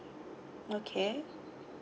okay